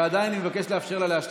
ועדיין אני מבקש לאפשר לה להשלים.